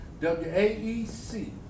W-A-E-C